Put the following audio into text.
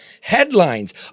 Headlines